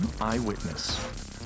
eyewitness